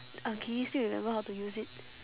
uh can you still remember how to use it